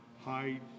high